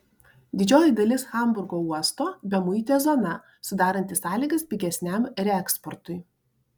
didžioji dalis hamburgo uosto bemuitė zona sudaranti sąlygas pigesniam reeksportui